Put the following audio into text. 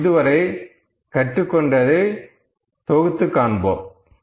நாம் இதுவரை கற்றுக்கொண்டதை தொகுத்துக் காண்போம்